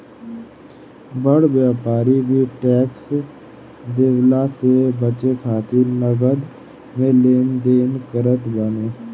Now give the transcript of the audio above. बड़ व्यापारी भी टेक्स देवला से बचे खातिर नगद में लेन देन करत बाने